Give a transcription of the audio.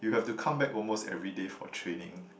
you have to come back almost everyday for training